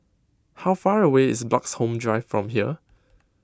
how far away is Bloxhome Drive from here